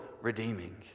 redeeming